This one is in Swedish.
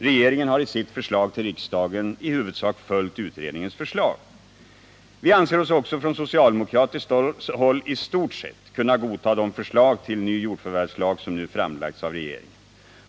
Regeringen har i sitt förslag till riksdagen till största delen följt utredningens förslag. Från socialdemokratiskt håll anser vi oss också i stort sett kunna godta det förslag till ny jordförvärvslag som nu framlagts av regeringen.